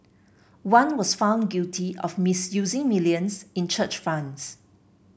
one was found guilty of misusing millions in church funds